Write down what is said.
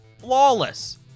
flawless